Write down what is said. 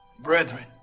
brethren